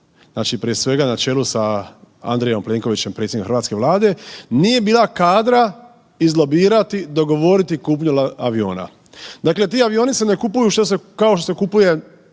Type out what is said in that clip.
znači prije svega na čelu sa Andrejem Plenkovićem predsjednikom hrvatske Vlade nije bila kadra izlobirati, dogovoriti kupnju aviona, dakle ti avioni se ne kupuju kao što se kupuje